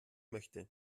möchte